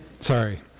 sorry